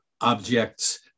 objects